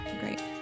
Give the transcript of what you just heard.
Great